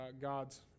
God's